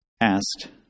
asked